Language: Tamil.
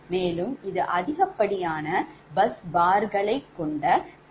மேலும் இது அதிகப்படியான bus bar ர்களை கொண்ட schematic